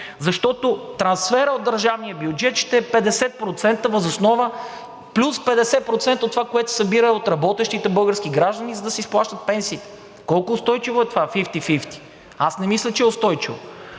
защото трансферът от държавния бюджет ще е 50% въз основа плюс 50% от това, което се събира от работещите български граждани, за да се изплащат пенсиите. Колко устойчиво е това fifty-fifty? Аз не мисля, че е устойчиво.